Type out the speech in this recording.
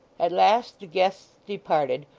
at last the guests departed,